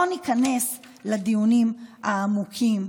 לא ניכנס לדיונים העמוקים,